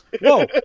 whoa